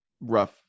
rough